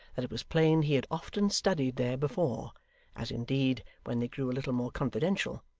that it was plain he had often studied there before as indeed, when they grew a little more confidential,